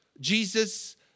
Jesus